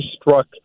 struck